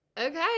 okay